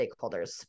stakeholders